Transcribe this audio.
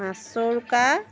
মাছৰোকা